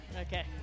Okay